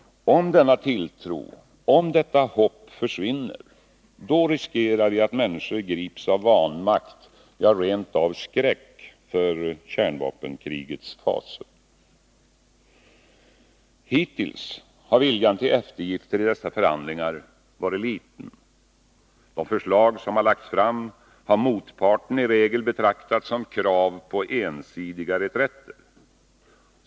Om denna tilltro, om detta hopp försvinner, då riskerar vi att människor grips av vanmakt, ja, rent av skräck, inför kärnvapenkrigets fasor. Hittills har viljan till eftergifter i dessa förhandlingar varit liten. De förslag som har lagts fram har motparten i regel betraktat som krav på ensidiga reträtter.